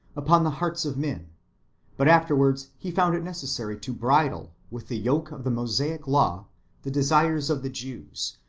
upon the hearts of men but after wards he found it necessary to bridle with the yoke of the mosaic law the desires of the jews,